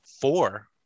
four